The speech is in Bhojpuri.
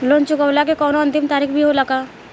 लोन चुकवले के कौनो अंतिम तारीख भी होला का?